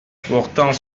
portant